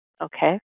Okay